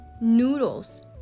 Noodles